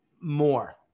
more